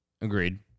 Agreed